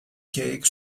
cake